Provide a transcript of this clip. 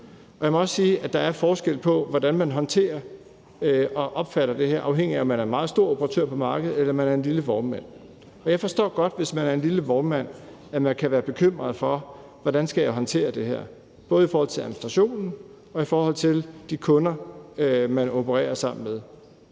og jeg må også sige, at der er forskel på, hvordan man håndterer og opfatter det her, afhængigt af om man er en meget stor operatør på markedet, eller om man er en lille vognmand. Jeg forstår godt, hvis man er en lille vognmand, at man kan være bekymret for, hvordan det her skal håndteres, både i forhold til administrationen og i forhold til de kunder, man opererer sammen med.